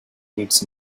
needs